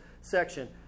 section